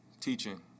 teaching